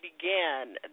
began